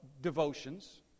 devotions